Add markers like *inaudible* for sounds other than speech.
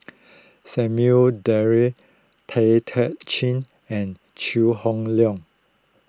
Samuel Dyer Tay *unintelligible* Chin and Chew Hock Leong